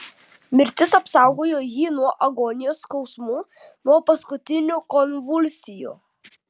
mirtis apsaugojo jį nuo agonijos skausmų nuo paskutinių konvulsijų